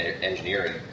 engineering